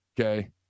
okay